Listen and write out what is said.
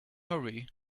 hurry